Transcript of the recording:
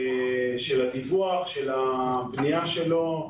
של הדיווח, של הבנייה שלו.